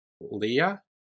Leah